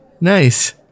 nice